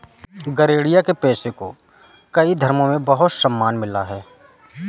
गरेड़िया के पेशे को कई धर्मों में बहुत सम्मान मिला है